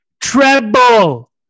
treble